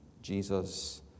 Jesus